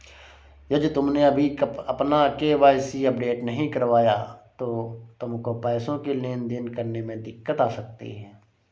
यदि तुमने अभी अपना के.वाई.सी अपडेट नहीं करवाया तो तुमको पैसों की लेन देन करने में दिक्कत आ सकती है